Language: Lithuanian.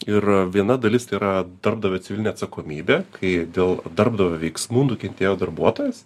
ir viena dalis tai yra darbdavio civilinė atsakomybė kai dėl darbdavio veiksmų nukentėjo darbuotojas